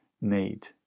need